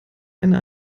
eine